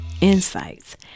insights